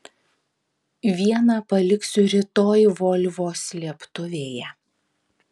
vieną paliksiu rytoj volvo slėptuvėje